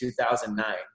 2009